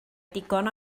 digon